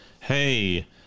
hey